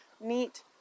neat